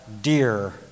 dear